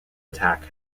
attack